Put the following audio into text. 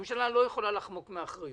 הממשלה לא יכולה לחמוק מאחריות.